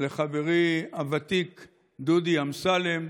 לחברי הוותיק דודי אמסלם,